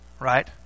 right